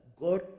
God